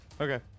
Okay